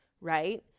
right